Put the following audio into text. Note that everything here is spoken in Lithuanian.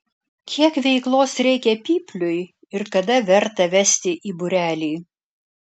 kiek veiklos reikia pypliui ir kada verta vesti į būrelį